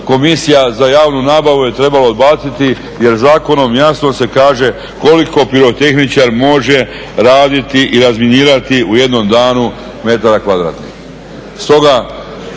komisija za javnu nabavu je trebala odbaciti jer zakonom se jasno kaže koliko pirotehničar može raditi i razminirati u jednom danu metara kvadratnih.